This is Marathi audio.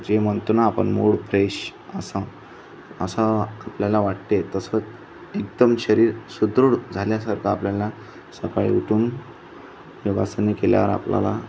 जे म्हणतो ना आपण मूड फ्रेश असं असं आपल्याला वाटते तसंच एकदम शरीर सुदृढ झाल्यासारखं आपल्याला सकाळी उठून योगासने केल्यावर आपल्याला